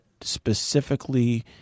specifically